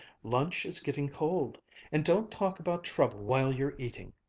lunch is getting cold and don't talk about trouble while you're eating.